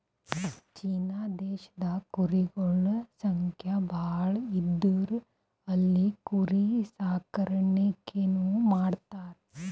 China ದೇಶದಾಗ್ ಕುರಿಗೊಳ್ ಸಂಖ್ಯಾ ಭಾಳ್ ಇದ್ದು ಅಲ್ಲಿ ಕುರಿ ಸಾಕಾಣಿಕೆನೂ ಮಾಡ್ತರ್